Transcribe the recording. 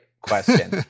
question